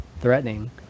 threatening